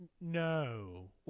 no